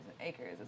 acres